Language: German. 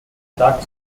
stark